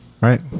right